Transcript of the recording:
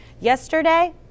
Yesterday